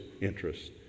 interests